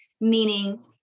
meaning